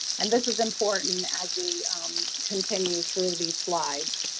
and this is important as we continue through these slides.